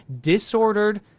disordered